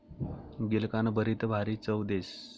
गिलकानं भरीत भारी चव देस